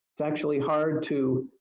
it's actually hard to